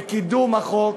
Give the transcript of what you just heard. בקידום החוק